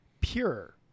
pure